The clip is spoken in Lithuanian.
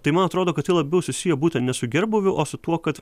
tai man atrodo kad tai labiau susiję būtent ne su gerbūviu o su tuo kad